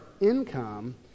income